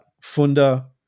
Funda